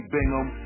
Bingham